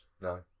No